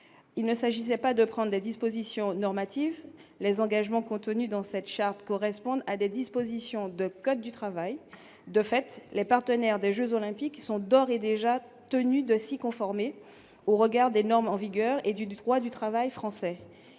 il ne s'agissait pas de prendre des dispositions normatives les engagements contenus dans cette charte correspondent à des dispositions de code du travail de fait les partenaires des Jeux olympiques sont d'ores et déjà tenu de s'y conformer au regard des normes en vigueur et du droit du travail français,